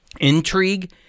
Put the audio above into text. intrigue